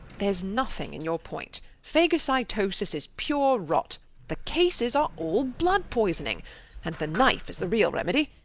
theres nothing in your point phagocytosis is pure rot the cases are all blood-poisoning and the knife is the real remedy.